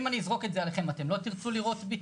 אם אני אזרוק את זה עליכם, אתם לא תרצו לירות בי?